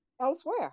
elsewhere